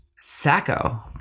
Sacco